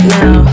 now